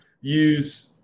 use